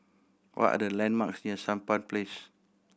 what are the landmarks near Sampan Place